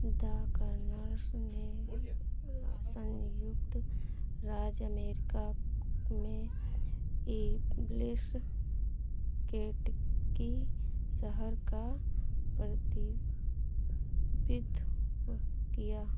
the colonels ने संयुक्त राज्य अमेरिका में इबलीस केंटकी शहर का प्रतिबंध किया